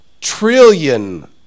trillion